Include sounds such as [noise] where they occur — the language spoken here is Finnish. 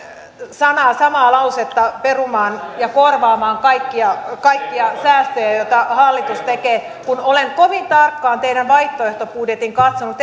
sanaa samaa lausetta perumaan ja korvaamaan kaikkia kaikkia säästöjä joita hallitus tekee kun olen kovin tarkkaan teidän vaihtoehtobudjettinne katsonut [unintelligible]